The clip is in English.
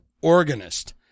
organist